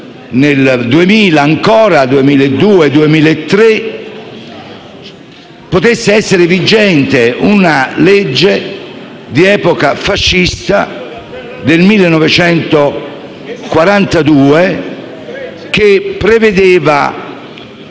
ancora nel 2002 e nel 2003), potesse essere vigente una legge di epoca fascista, del 1942, che prevedeva,